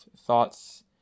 thoughts